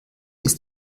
ist